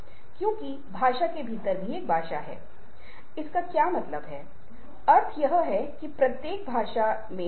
लेकिन भारत के कुछ हिस्सों में ऐसी परंपराएँ भी शामिल हैं जहाँ आप देखते हैं कि जब आप सहमत होते हैं तो आप एक विशिष्ट तरीके से अपना सिर हिलाते हैं